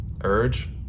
urge